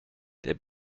der